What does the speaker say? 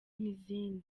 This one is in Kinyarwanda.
n’izindi